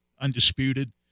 Undisputed